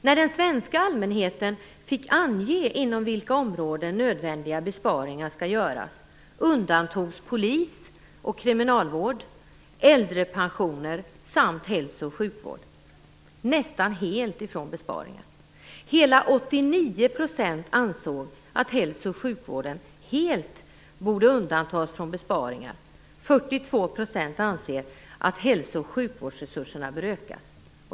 När den svenska allmänheten fick ange inom vilka områden nödvändiga besparingar skall göras undantogs polis och kriminalvård, äldrepensioner samt hälso och sjukvård nästan helt från besparingar. Hela 89 % ansåg att hälso och sjukvården helt borde undantas från besparingar. 42 % anser att hälso och sjukvårdsresurserna bör ökas.